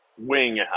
wing